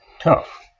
tough